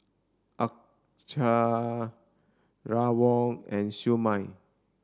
Acar Rawon and Siew Mai